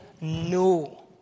no